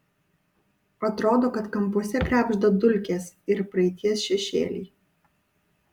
atrodo kad kampuose krebžda dulkės ir praeities šešėliai